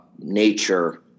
nature